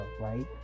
right